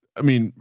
i mean,